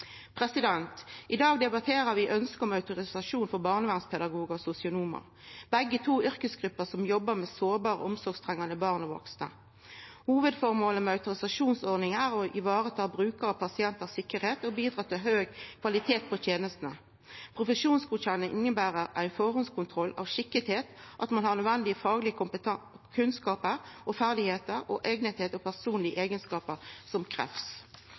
I dag debatterer vi ønsket om autorisasjon for barnevernspedagogar og sosionomar. Begge er yrkesgrupper som jobbar med sårbare og omsorgstrengjande barn og vaksne. Hovudføremålet med autorisasjonsordninga er å ivareta tryggleiken til brukarane og pasientane og bidra til høg kvalitet på tenestene. Profesjonsgodkjenning inneber ein førehandskontroll av at ein er skikka, at ein har nødvendige faglege kunnskapar og ferdigheiter, og at ein er eigna og har dei personlege eigenskapane som krevst.